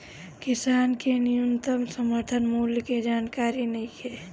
किसान के न्यूनतम समर्थन मूल्य के जानकारी नईखे